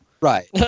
Right